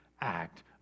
act